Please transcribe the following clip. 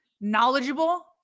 knowledgeable